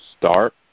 start